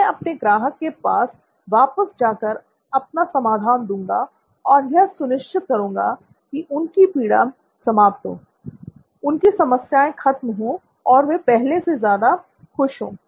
मैं अपने ग्राहक के पास वापस जाकर अपना समाधान दूंगा और यह सुनिश्चित करूंगा की उनकी पीड़ा समाप्त हो उनकी समस्याएं खत्म हो और वे पहले से ज्यादा खुश हो